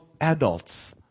adults